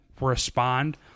respond